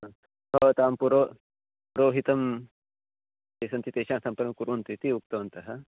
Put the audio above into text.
हा भवतां पुरोहितं पुरोहिताः ये सन्ति तेषां सम्पर्कं कुर्वन्तु इति उक्तवन्तः